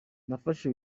nafashe